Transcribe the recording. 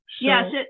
yes